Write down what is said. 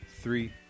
three